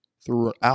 throughout